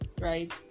right